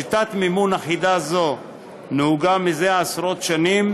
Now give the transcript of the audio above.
שיטת מימון אחידה זו נהוגה זה עשרות שנים